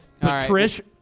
Patricia